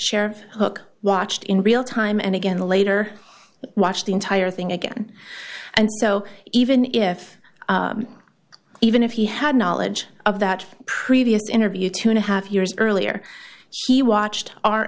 sheriff hook watched in real time and again later watched the entire thing again and so even if even if he had knowledge of that previous interview two and a half years earlier he watched r